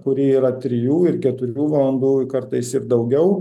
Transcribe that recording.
kurie yra trijų ir keturių valandų kartais ir daugiau